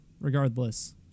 Regardless